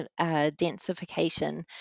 densification